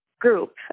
group